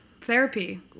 Therapy